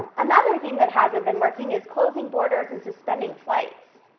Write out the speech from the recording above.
another thing that hasn't been working is closing borders and suspending flights,